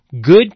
good